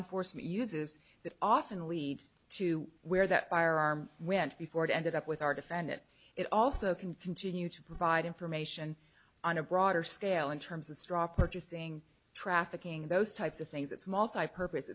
enforcement uses that often lead to where that firearm went before it ended up with our defend it it also can continue to provide information on a broader scale in terms of straw purchasing trafficking those types of things it's multipurpose